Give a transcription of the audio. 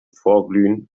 vorglühen